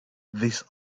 this